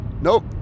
nope